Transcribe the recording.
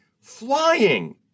flying